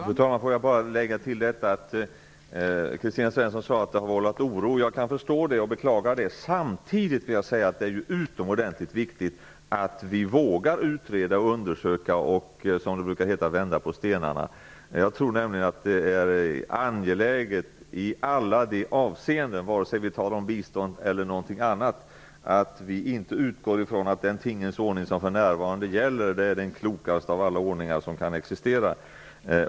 Fru talman! Kristina Svensson sade att förslaget har vållat oro. Låt mig bara tillägga att jag kan både förstå och beklaga detta. Samtidigt är det utomordentligt viktigt att vi vågar utreda och undersöka detta och, som det brukar heta, vända på stenarna. Det är i alla avseenden angeläget, vare sig vi talar om bistånd eller om något annat, att vi inte utgår från att den tingens ordning som för närvarande gäller är den klokaste av alla tänkbara ordningar.